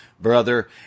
Brother